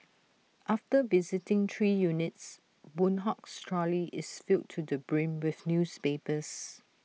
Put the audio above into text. after visiting three units boon Hock's trolley is filled to the brim with newspapers